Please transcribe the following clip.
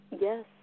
yes